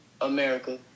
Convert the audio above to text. America